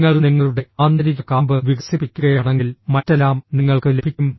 നിങ്ങൾ നിങ്ങളുടെ ആന്തരിക കാമ്പ് വികസിപ്പിക്കുകയാണെങ്കിൽ മറ്റെല്ലാം നിങ്ങൾക്ക് ലഭിക്കും